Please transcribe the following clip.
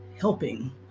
helping